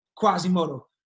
Quasimodo